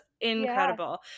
incredible